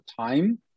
time